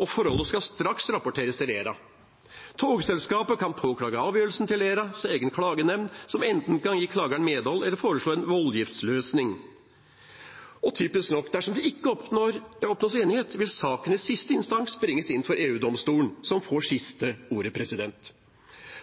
og forholdet skal straks rapporteres til ERA. Togselskapet kan påklage avgjørelsen til ERAs egen klagenemnd, som enten kan gi klageren medhold eller foreslå en voldgiftsløsning. Og typisk nok: Dersom det ikke oppnås enighet, vil saken i siste instans bringes inn for EU-domstolen, som får siste ord.